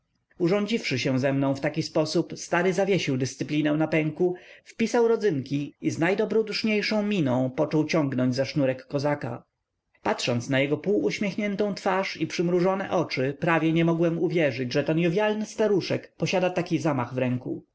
pieprzu urządziwszy się ze mną w taki sposób stary zawiesił dyscyplinę na pęku wpisał rodzynki i z najdobroduszniejszą miną począł ciągnąć za sznurek kozaka patrząc na jego półuśmiechniętą twarz i przymrużone oczy prawie nie mogłem wierzyć że ten jowialny staruszek posiada taki zamach w ręku